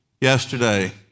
yesterday